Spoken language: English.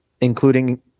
including